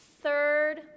Third